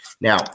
Now